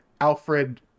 Alfred